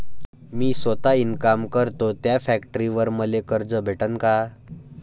मी सौता इनकाम करतो थ्या फॅक्टरीवर मले कर्ज भेटन का?